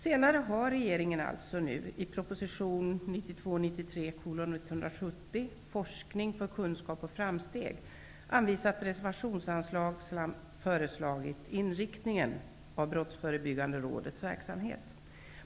Senare har regeringen i proposition 1992/93:170 Forskning för kunskap och framsteg anvisat reservationsanslag samt lagt fram förslag beträffande inriktningen av Brottsförebyggande rådets verksamhet.